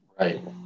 Right